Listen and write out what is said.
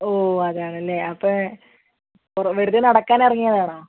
ഓ അതാണല്ലേ അപ്പം വെറുതെ നടക്കാൻ ഇറങ്ങിയതാണോ